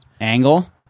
angle